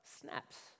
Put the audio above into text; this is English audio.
snaps